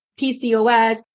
PCOS